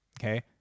Okay